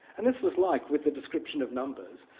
and this was like with the description of numbers,